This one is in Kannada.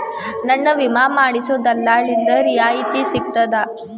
ನನ್ನ ವಿಮಾ ಮಾಡಿಸೊ ದಲ್ಲಾಳಿಂದ ರಿಯಾಯಿತಿ ಸಿಗ್ತದಾ?